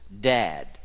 dad